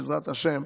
בעזרת השם,